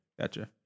Gotcha